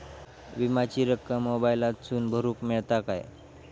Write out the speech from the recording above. विमाची रक्कम मोबाईलातसून भरुक मेळता काय?